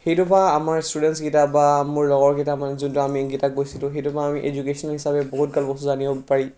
সেইটোৰ পৰা আমাৰ ষ্টুডেণ্টছ কেইটা বা মোৰ লগৰ কেইটা মানে যোনটো আমি কেইটা গৈছিলোঁ সেইটো পৰা আমি এডুকেশ্যন হিচাপে বহুত গাল বস্তু জানিব পাৰি